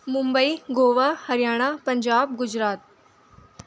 Mumbai Goa Haryana Punjab Gujarat